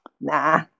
Nah